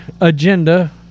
agenda